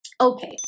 Okay